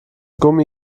gummi